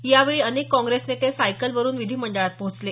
यावेळी अनेक काँग्रेस नेते सायकलवरुन विधीमंडळात पोहोचले